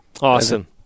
Awesome